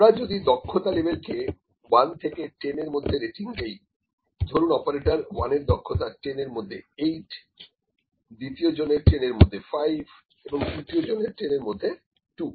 আমরা যদি দক্ষতা লেভেল কে 1 থেকে 10 এর মধ্যে রেটিং দেই ধরুন অপারেটর 1 এর দক্ষতা 10 এর মধ্যে 8 এবং দ্বিতীয় জনের 10 এর মধ্যে 5 এবং তৃতীয় জনের 10 এর মধ্যে 2